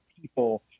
people